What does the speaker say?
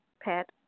pet